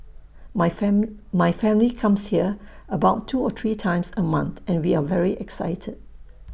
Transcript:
my my family comes here about two or three times A month and we are very excited